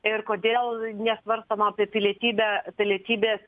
ir kodėl nesvarstoma apie pilietybę pilietybės